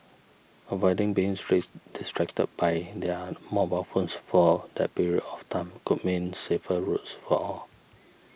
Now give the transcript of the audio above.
avoiding being distracted by their mobile phones for that period of time could mean safer roads for all